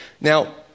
Now